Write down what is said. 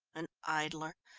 an idler,